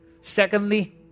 Secondly